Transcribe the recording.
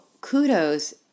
kudos